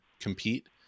compete